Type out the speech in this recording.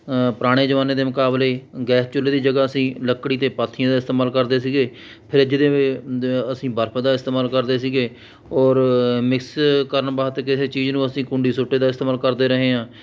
ਪੁਰਾਣੇ ਜ਼ਮਾਨੇ ਦੇ ਮੁਕਾਬਲੇ ਗੈਸ ਚੁੱਲ੍ਹੇ ਦੀ ਜਗ੍ਹਾ ਅਸੀਂ ਲੱਕੜੀ ਅਤੇ ਪਾਥੀਆਂ ਦਾ ਇਸਤੇਮਾਲ ਕਰਦੇ ਸੀਗੇ ਫਰਿੱਜ ਦੇ ਵ ਅਸੀਂ ਬਰਫ ਦਾ ਇਸਤੇਮਾਲ ਕਰਦੇ ਸੀਗੇ ਔਰ ਮਿਕਸ ਕਰਨ ਵਾਸਤੇ ਕਿਸੇ ਚੀਜ਼ ਨੂੰ ਅਸੀਂ ਕੂੰਡੀ ਸੋਟੇ ਦਾ ਇਸਤੇਮਾਲ ਕਰਦੇ ਰਹੇ ਹਾਂ